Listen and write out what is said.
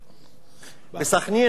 בסח'נין השכר הממוצע,